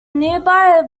nearby